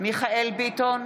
מיכאל מרדכי ביטון,